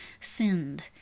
sinned